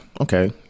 okay